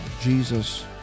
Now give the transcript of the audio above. jesus